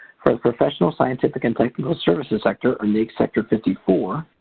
for professional, scientific and technical services sector, or naics sector fifty four,